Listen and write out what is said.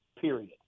period